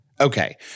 Okay